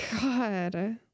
God